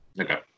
okay